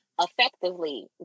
effectively